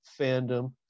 fandom